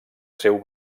seu